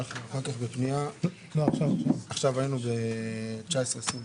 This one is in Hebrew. אנחנו מצביעים על אישור פנייה 19 עד 21,